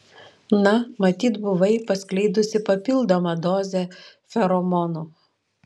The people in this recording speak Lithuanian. na matyt buvai paskleidusi papildomą dozę feromonų